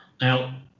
Now